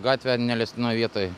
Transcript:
gatvę neleistinoj vietoj